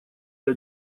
для